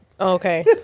Okay